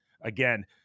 again